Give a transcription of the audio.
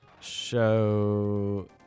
show